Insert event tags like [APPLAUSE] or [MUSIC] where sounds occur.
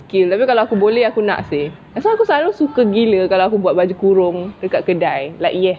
skill tapi kalau aku boleh aku nak seh [NOISE] aku suka gila kalau aku buat baju kurung dekat kedai like yes